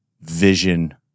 vision